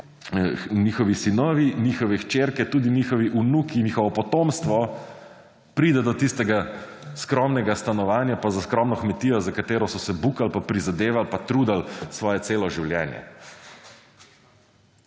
njihovi sinovi, njihove hčerke, tudi njihovi vnuki, njihovo potomstvo, pride do tistega skromnega stanovanja pa za skromno kmetijo, za katero so »bukal«, pa prizadeval, pa trudil, svoje celo življenje.